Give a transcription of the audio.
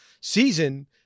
season